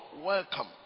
Welcome